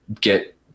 get